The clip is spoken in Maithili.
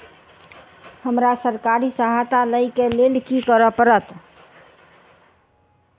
हमरा सरकारी सहायता लई केँ लेल की करऽ पड़त?